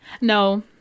No